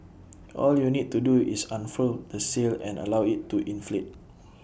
all you need to do is unfurl the sail and allow IT to inflate